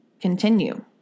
continue